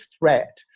threat